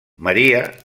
maria